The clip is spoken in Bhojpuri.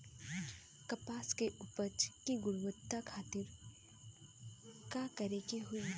कपास के उपज की गुणवत्ता खातिर का करेके होई?